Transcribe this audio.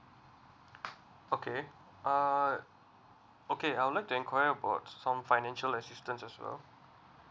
okay uh okay I would like to inquire about some financial assistance as well